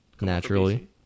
Naturally